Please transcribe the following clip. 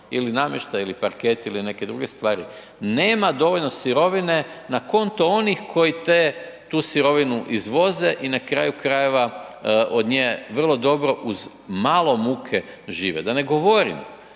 ili namještaj ili parketi ili neke druge stvari, nema dovoljno sirovine na konto onih koji tu sirovinu izvoze i na kraju krajeva od nje vrlo dobro uz malo muke žive. Da ne govorim